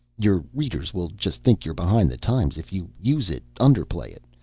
your readers will just think you're behind the times. if you use it, underplay it.